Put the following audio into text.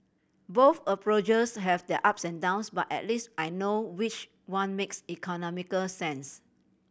both approaches have their ups and downs but at least I know which one makes economical sense